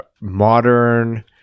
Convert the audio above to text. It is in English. Modern